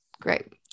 great